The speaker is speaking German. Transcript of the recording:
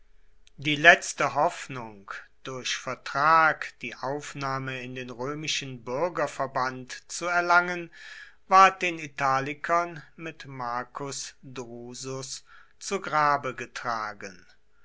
die letzte hoffnung durch vertrag die aufnahme in den römischen bürgerverband zu erlangen ward den italikern mit marcus drusus zu grabe getragen